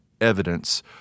evidence